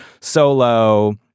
Solo